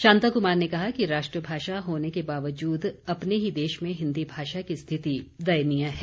शांता कुमार ने कहा कि राष्ट्रभाषा होने के बावजूद अपने ही देश में हिन्दी भाषा की स्थिति दयनीय है